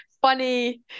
funny